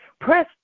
press